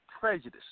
prejudice